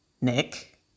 Nick